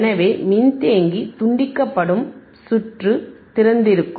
எனவே மின்தேக்கி துண்டிக்கப்படும் சுற்று திறந்திருக்கும்